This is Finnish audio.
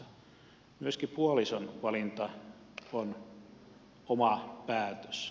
myöskin puolison valinta on oma päätös